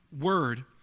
word